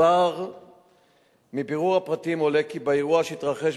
1. מבירור הפרטים עולה כי באירוע שהתרחש